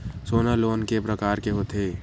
सोना लोन के प्रकार के होथे?